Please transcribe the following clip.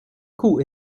koe